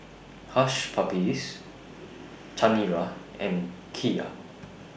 Hush Puppies Chanira and Kia